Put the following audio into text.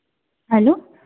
hello